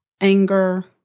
anger